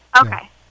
Okay